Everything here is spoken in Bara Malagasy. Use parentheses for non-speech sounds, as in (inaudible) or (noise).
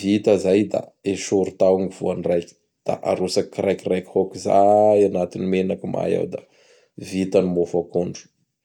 Vita izay da esory tao ny voan'ny raiky. Da arotsaky kiraikiraiky hôkizay anaty menaky may ao da (noise) vita ny mofo akondro. (noise)